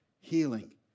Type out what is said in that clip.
Healing